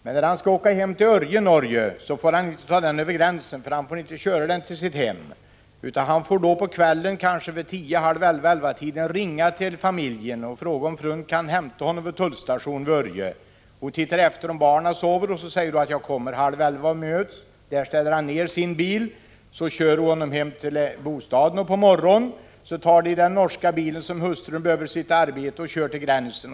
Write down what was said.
Men när han skall åka hem till Örje i Norge får han inte köra den till sitt hem, eftersom han inte får ta den över gränsen. Han får i stället vid kanske tiotiden eller halv elva-tiden på kvällen ringa till familjen och fråga om frun kan hämta honom vid tullstationen vid Örje. — Hon tittar efter om barnen sover, och sedan säger hon att hon skall komma och möta honom halv elva. Han ställer sin bil, och hon kör honom hem till bostaden och på morgonen därefter tar de den norska bilen — som hustrun behöver för sitt arbete — och kör till gränsen.